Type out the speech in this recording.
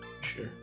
Sure